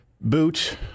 boot